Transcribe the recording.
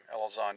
Elizondo